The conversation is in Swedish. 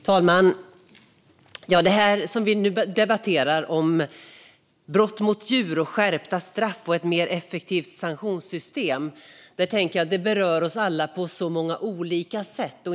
Herr talman! Det här som vi nu debatterar om brott mot djur och skärpta straff och ett mer effektivt sanktionssystem tänker jag berör oss alla på så många olika sätt.